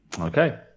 Okay